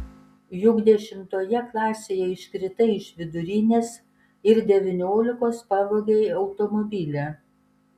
juk dešimtoje klasėje iškritai iš vidurinės ir devyniolikos pavogei automobilį